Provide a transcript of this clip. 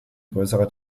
größerer